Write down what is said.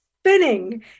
spinning